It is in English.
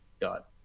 got